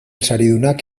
saridunak